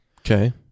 Okay